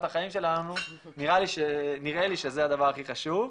החיים שלנו נראה לי שזה הדבר הכי חשוב.